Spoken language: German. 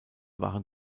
waren